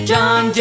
John